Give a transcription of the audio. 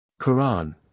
Quran